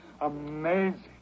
Amazing